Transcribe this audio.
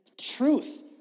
truth